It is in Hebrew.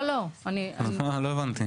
לא הבנתי.